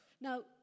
now